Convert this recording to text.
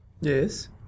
Yes